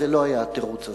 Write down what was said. זה לא היה התירוץ הזה.